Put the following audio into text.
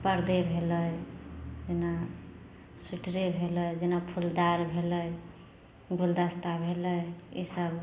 परदे भेलै जेना स्वीटरे भेलै जेना फूलदार भेलै गुलदस्ता भेलै ई सब